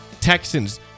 Texans